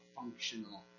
functional